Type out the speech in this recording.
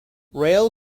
rail